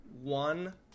one